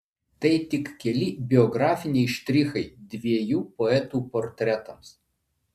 tai tik keli biografiniai štrichai dviejų poetų portretams